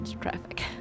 traffic